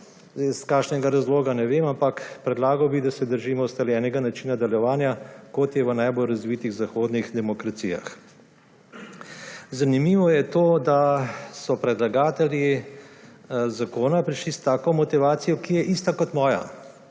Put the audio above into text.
Kakšen je razlog, ne vem, ampak predlagal, bi, da se držimo ustaljenega načina delovanja, kot je v najbolj razvitih zahodnih demokracijah. Zanimivo je to, da so predlagatelji zakona prišli s tako motivacijo, ki je ista, kot je moja.